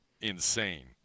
insane